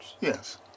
Yes